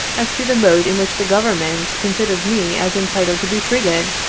as to the mode in which the government con sidered me as entitled to be treated,